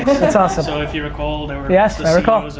that's awesome. so if you recall, they were the yes, i recall,